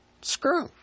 Screw